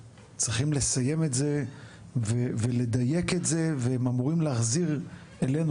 צריכים לסיים את זה ולדייק את זה והם אמורים להחזיר אלינו,